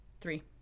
Three